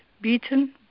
beaten